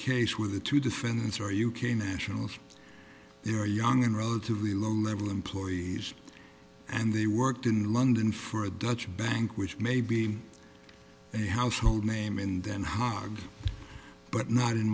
case where the two defendants are u k nationals they're young and relatively low level employees and they worked in london for a dutch bank which may be a household name in them hog but not in